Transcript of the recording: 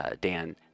Dan